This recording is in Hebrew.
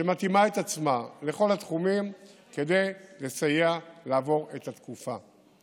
שמתאימה את עצמה לכל התחומים כדי לסייע לעבור את התקופה.